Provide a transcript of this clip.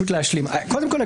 קודם כול,